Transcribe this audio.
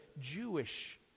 Jewish